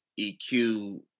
EQ